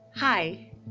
Hi